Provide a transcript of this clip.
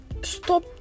stop